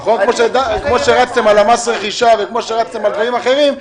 כמו שרצתם על מס הרכישה ועל דברים אחרים.